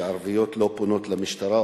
שערביות לא פונות למשטרה,